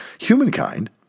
humankind